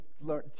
learn